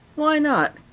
why not?